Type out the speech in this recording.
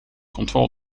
control